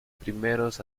primeros